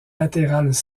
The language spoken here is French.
latérales